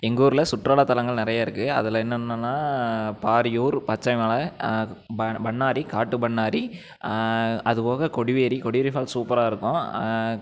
எங்கள் ஊரில் சுற்றுலாத்தலங்கள் நிறைய இருக்கு அதில் என்னென்னனா பாரியூர் பச்சமலை பண்ணாரி காட்டு பண்ணாரி அது போக கொடிவேரி கொடிவேரி ஃபால்ஸ் சூப்பராக இருக்கும்